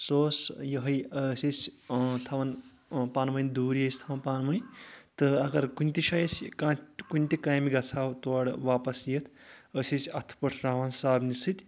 سُہ اوس یِہے أسۍ ٲسۍ تھاوان پَان وٕنۍ دوٗری ٲسۍ تھاوان پانہٕ ؤنۍ تہٕ اگر کُنہِ تہِ چھ أسۍ کانٛہہ کُنہِ تہِ کامہِ گژھَو تورٕ واپس یِتھ أسۍ ٲسۍ اَتھٕ پٲٹھۍ ترٛاوَان صابنہِ سۭتۍ